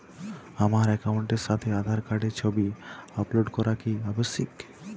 আমার অ্যাকাউন্টের সাথে আধার কার্ডের ছবি আপলোড করা কি আবশ্যিক?